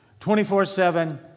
24-7